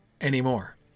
anymore